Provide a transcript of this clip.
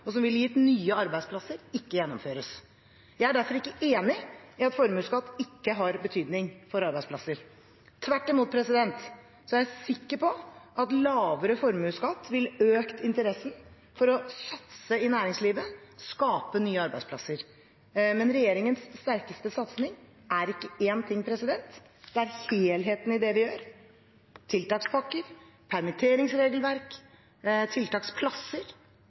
og som ville gitt nye arbeidsplasser, ikke gjennomføres. Jeg er derfor ikke enig i at formuesskatt ikke har betydning for arbeidsplasser. Tvert imot er jeg sikker på at lavere formuesskatt vil øke interessen for å satse i næringslivet og skape nye arbeidsplasser. Men regjeringens sterkeste satsing er ikke én ting, det er helheten i det vi gjør: tiltakspakker, permitteringsregelverk, tiltaksplasser,